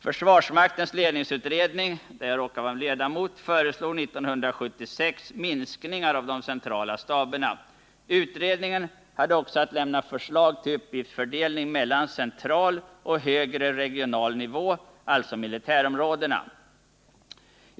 Försvarsmaktens ledningsutredning — där jag råkar vara ledamot — föreslog 1976 minskningar av de centrala staberna. Utredningen hade också att lämna förslag till uppgiftsfördelning mellan central och högre regional nivå, alltså militärområdena.